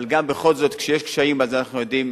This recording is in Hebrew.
אבל בכל זאת, כשיש קשיים אז אנחנו יודעים